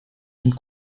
een